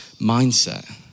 mindset